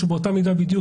שבאותה מידה בדיוק,